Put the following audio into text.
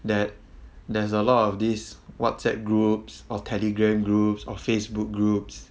that there's a lot of this whatsapp groups or telegram groups or Facebook groups